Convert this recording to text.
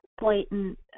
blatant